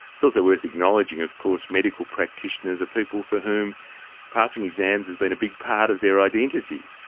so so worth acknowledging, of course, medical practitioners are people for whom passing exams has been a big part of their identity.